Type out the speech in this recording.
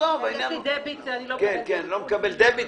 אני לא מקבל דביט,